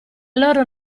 loro